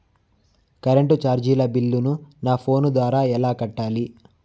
Current చార్జీల బిల్లును, నా ఫోను ద్వారా ఎలా కట్టాలి?